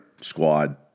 squad